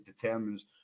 determines